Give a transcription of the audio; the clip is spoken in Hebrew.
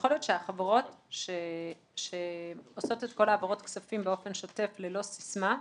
שיכול להיות שהחברות שעושות את העברות כספים באופן שוטף ללא סיסמה,